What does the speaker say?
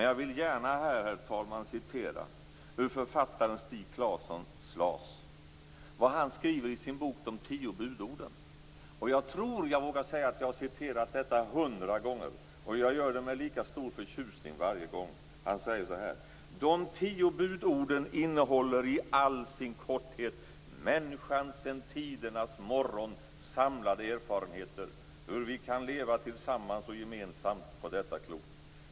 Jag vill gärna, herr talman, läsa upp vad författaren Stig Claesson, Slas, skriver i sin bok De tio budorden. Jag vågar säga att jag har citerat detta hundra gånger, och jag gör det med lika stor förtjusning varje gång. Han säger: De tio budorden innehåller i all sin korthet människans sedan tidernas morgon samlade erfarenheter, hur vi kan leva tillsammans och gemensamt på detta klot.